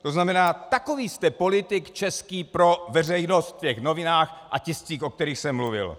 To znamená takový jste český politik pro veřejnost v těch novinách a tiscích, o kterých jsem mluvil.